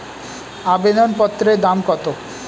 আবেদন পত্রের দাম কত?